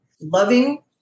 loving